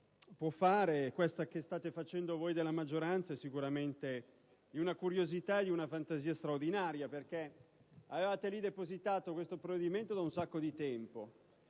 può fare, questa che state facendo voi della maggioranza è sicuramente di una curiosità e di una fantasia straordinarie. Avevate depositato questo provvedimento da un sacco di tempo,